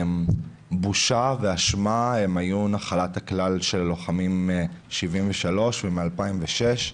בושה ואשמה היו נחלת הכלל של לוחמים מ-1973 ומ-2006.